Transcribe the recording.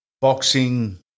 boxing